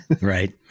Right